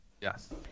Yes